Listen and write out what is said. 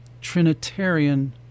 Trinitarian